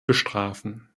bestrafen